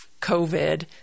COVID